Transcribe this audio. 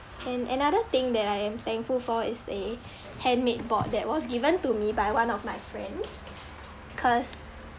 and another thing that I am thankful for is a handmade board that was given to me by one of my friends cause